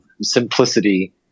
simplicity